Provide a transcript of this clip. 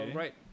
right